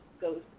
goes